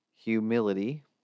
humility